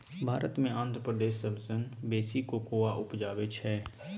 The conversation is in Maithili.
भारत मे आंध्र प्रदेश सबसँ बेसी कोकोआ उपजाबै छै